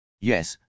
Yes